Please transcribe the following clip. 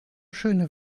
schöne